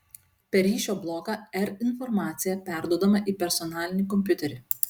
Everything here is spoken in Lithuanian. per ryšio bloką r informacija perduodama į personalinį kompiuterį